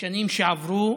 בשנים שעברו